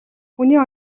хүний